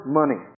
money